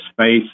space